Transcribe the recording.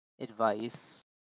advice